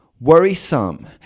worrisome